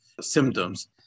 symptoms